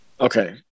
Okay